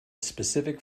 specific